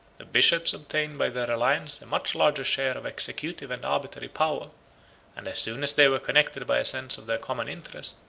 the bishops obtained by their alliance a much larger share of executive and arbitrary power and as soon as they were connected by a sense of their common interest,